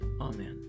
Amen